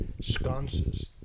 sconces